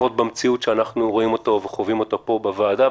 לפחות במציאות שאנחנו רואים וחווים אותה פה בוועדה.